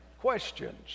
Questions